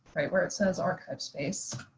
right where it says archivesspace,